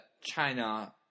China